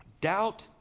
Doubt